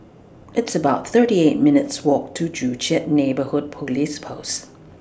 It's about thirty eight minutes' Walk to Joo Chiat Neighbourhood Police Post